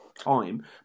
time